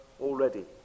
already